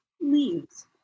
leaves